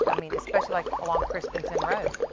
i mean, especially like a long christensen road.